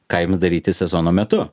ką jiems daryti sezono metu